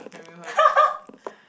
and then like